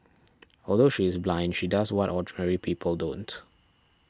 although she is blind she does what ordinary people don't